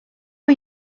are